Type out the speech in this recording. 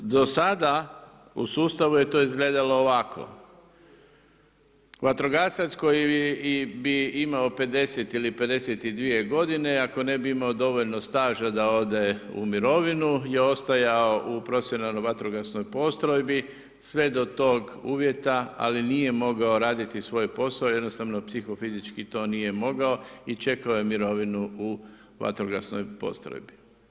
Do sada u sustavu je to izgledalo ovako: vatrogasac koji bi imao 50 ili 52 godine, ako ne bi imao dovoljno staža da ode u mirovinu je ostajao u profesionalnoj vatrogasnoj postrojbi sve do tog uvjeta, ali nije mogao raditi svoj posao, jednostavno psihofizički to nije mogao i čekao je mirovinu u vatrogasnoj postrojbi.